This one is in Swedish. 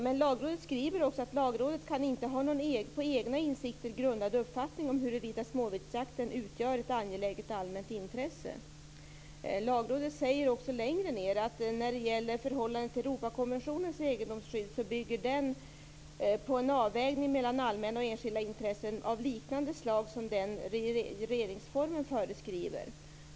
Men Lagrådet skriver också: "Lagrådet kan inte ha någon på egna insikter grundad uppfattning om huruvida småviltsjakten utgör ett angeläget allmänt intresse." Lagrådet säger också längre ned att när det gäller förhållandet till Europakonventionens egendomsskydd bygger den på en avvägning mellan allmänna och enskilda intressen av liknande slag som den regeringsformen föreskriver.